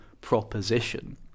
proposition